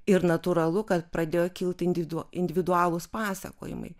ir natūralu kad pradėjo kilti individu individualūs pasakojimai